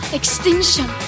extinction